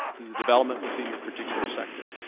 the development within your particular sector.